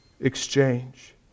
exchange